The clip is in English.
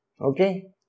Okay